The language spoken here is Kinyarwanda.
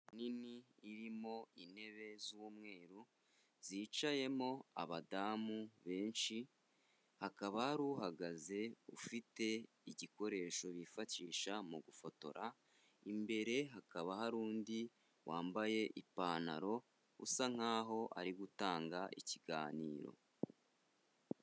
Nini irimo intebe z'umweru zicayemo abadamu benshi hakaba hari uhagaze ufite igikoresho bifashisha mu gufotora, imbere hakaba hari undi wambaye ipantaro usa nkaho ari gutanga ikiganiro.